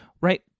right